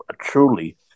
truly